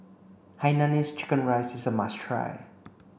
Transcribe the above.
Hainanese chicken rice is a must try